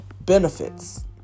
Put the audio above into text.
benefits